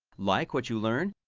like what you learned?